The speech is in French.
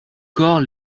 corps